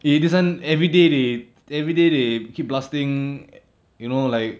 eh this one everyday they everyday they keep blasting you know like